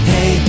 Hey